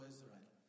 Israel